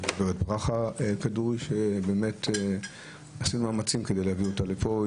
גברת ברכה כדורי שבאמת עשינו מאמצים כדי להביא אותה לפה.